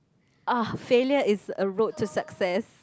ah failure is a road to success